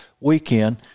weekend